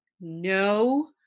no